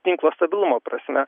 tinklo stabilumo prasme